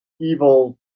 evil